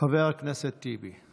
חבר הכנסת טיבי.